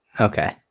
Okay